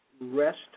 Rest